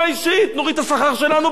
נוריד את השכר שלנו ב-20%.